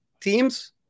teams